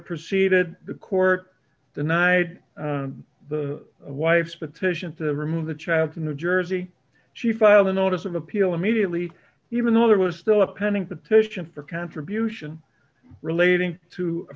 proceeded the court denied the wife's petition to remove the child to new jersey she filed a notice of appeal immediately even though there was still a pending petition for contribution relating to